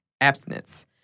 abstinence